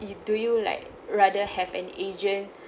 do you like rather have an agent